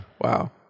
Wow